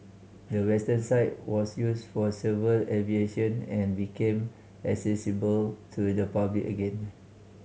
the western side was used for civil aviation and became accessible to the public again